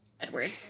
Edward